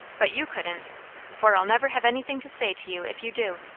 but you couldn't for i'll never have anything to say to you if you do.